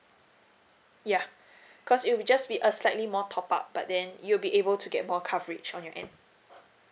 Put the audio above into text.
yeah cause it'll just be a slightly more top up but then you'll be able to get more coverage on your end